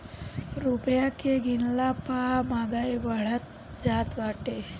रूपया के गिरला पअ महंगाई बढ़त जात बाटे